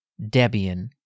Debian